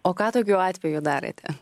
o ką tokiu atveju darėte